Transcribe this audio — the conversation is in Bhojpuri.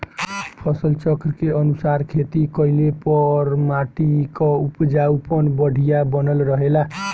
फसल चक्र के अनुसार खेती कइले पर माटी कअ उपजाऊपन बढ़िया बनल रहेला